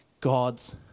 God's